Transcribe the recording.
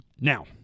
Now